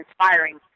inspiring